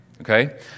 Okay